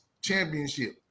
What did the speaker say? Championship